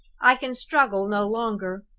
i can struggle no longer.